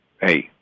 hey